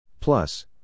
Plus